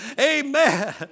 Amen